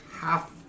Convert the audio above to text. Half